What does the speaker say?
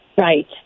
Right